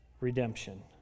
redemption